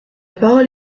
parole